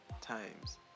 times